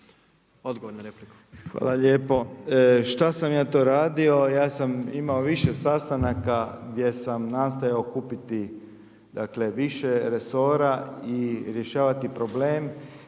Odgovor na repliku.